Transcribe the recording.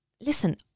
Listen